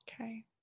Okay